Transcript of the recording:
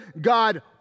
God